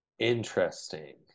Interesting